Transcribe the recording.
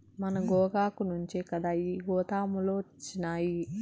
మన గోగాకు నుంచే కదా ఈ గోతాములొచ్చినాయి